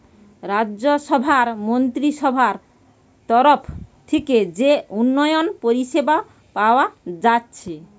রাজ্যসভার মন্ত্রীসভার তরফ থিকে যে উন্নয়ন পরিষেবা পায়া যাচ্ছে